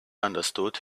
understood